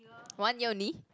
one year only